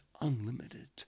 unlimited